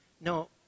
No